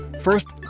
first,